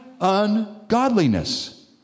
ungodliness